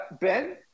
Ben